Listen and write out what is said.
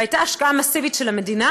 והייתה השקעה מסיבית של המדינה.